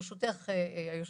ברשותך, היושבת-ראש,